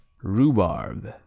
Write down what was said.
Rhubarb